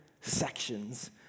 sections